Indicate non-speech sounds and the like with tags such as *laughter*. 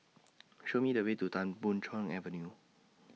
*noise* Show Me The Way to Tan Boon Chong Avenue